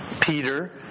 Peter